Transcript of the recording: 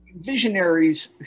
visionaries